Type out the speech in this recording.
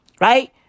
right